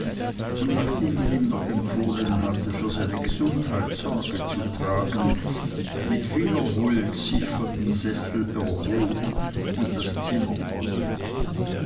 und nachdem er ihm noch empfohlen hatte für seine gesundheit sorge zu tragen mit vieler huld sich von seinem sessel erhob und das zimmer verließ